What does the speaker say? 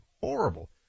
Horrible